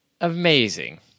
amazing